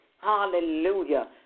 Hallelujah